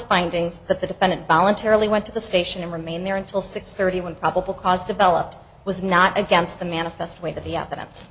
that the defendant voluntarily went to the station and remained there until six thirty one probable cause developed was not against the manifest way that the evidence